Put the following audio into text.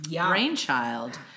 brainchild